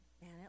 Man